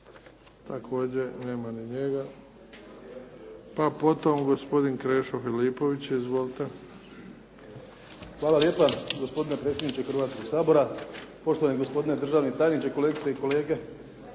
Lesar. Nema ni njega. Pa potom gospodin Krešo Filipović. Izvolite. **Filipović, Krešo (HDZ)** Hvala lijepa. Gospodine predsjedniče Hrvatskoga sabora, poštovani gospodine državni tajniče, kolegice i kolege